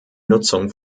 nutzung